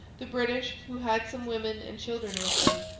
the british, who had some women and children with them,